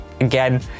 again